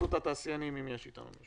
הדוברים הקודמים